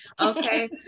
Okay